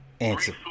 Answer